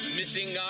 missing